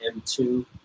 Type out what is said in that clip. M2